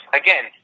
again